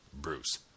Bruce